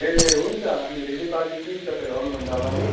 ए हुन्छ हामी रेडी पारिदिन्छौँ नि तपाईँहरू आउनुभन्दा अगाडि